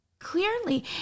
clearly